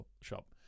shop